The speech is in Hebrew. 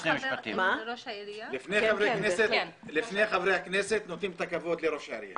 לפני חברי הכנסת, נותנים את הכבוד לראש העירייה.